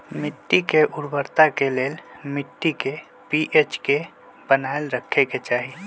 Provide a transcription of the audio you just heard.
मिट्टी के उर्वरता के लेल मिट्टी के पी.एच के बनाएल रखे के चाहि